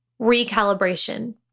recalibration